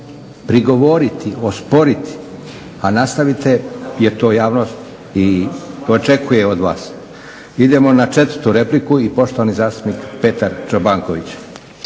prigovoriti, osporiti a nastaviti jer to javnost i očekuje od vas. Idemo na četvrtu repliku i poštovani zastupnik Petar Čobanković.